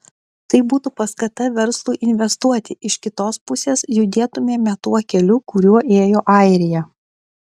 tai būtų paskata verslui investuoti iš kitos pusės judėtumėme tuo keliu kuriuo ėjo airija